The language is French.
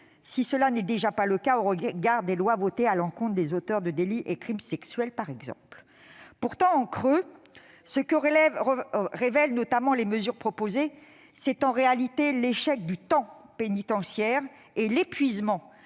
N'est-ce pas déjà le cas au regard des lois votées à l'encontre des auteurs de délits et crimes sexuels, par exemple ? Pourtant, en creux, ce que révèlent notamment les mesures proposées, ce sont l'échec du temps pénitentiaire et l'épuisement